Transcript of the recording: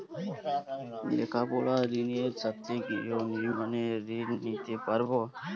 লেখাপড়ার ঋণের সাথে গৃহ নির্মাণের ঋণ নিতে পারব?